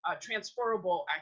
transferable